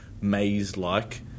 maze-like